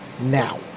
now